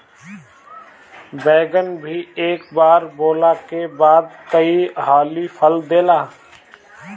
बैगन भी एक बार बोअला के बाद कई हाली फल देला